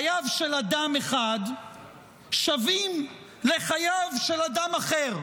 חייו של אדם אחד שווים לחייו של אדם אחר.